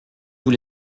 vous